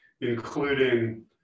including